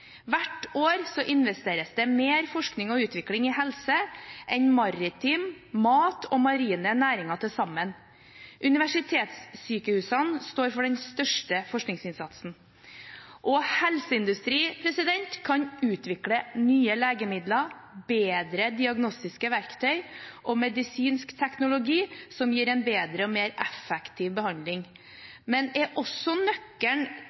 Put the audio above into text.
Hvert år investeres det mer forskning og utvikling i helse enn i maritime næringer, matnæringer og marine næringer til sammen. Universitetssykehusene står for den største forskningsinnsatsen. Helseindustri kan utvikle nye legemidler, bedre diagnostiske verktøy og medisinsk teknologi som gir en bedre og mer effektiv behandling, men er også nøkkelen